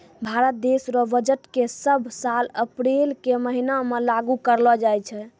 भारत देश रो बजट के सब साल अप्रील के महीना मे लागू करलो जाय छै